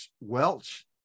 Welch